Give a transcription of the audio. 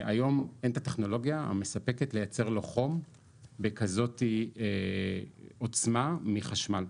היום אין את הטכנולוגיה המספקת לייצר לו חום בכזאת עוצמה מחשמל,